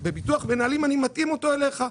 בביטוח מנהלים אני מתאים אותו אליך.